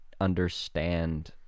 understand